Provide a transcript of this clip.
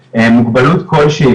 מוגבלות כל שהיא,